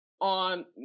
on